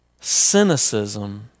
cynicism